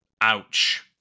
Ouch